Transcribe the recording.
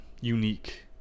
unique